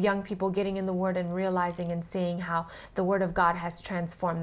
young people getting in the word and realizing and seeing how the word of god has transform